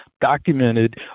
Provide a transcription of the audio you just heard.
documented